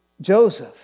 Joseph